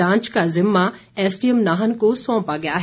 जांच का जिम्मा एसडीएम नाहन को सौंपा गया है